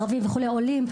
ערבים ועולים,